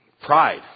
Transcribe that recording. Pride